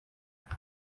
uko